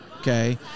okay